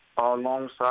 Alongside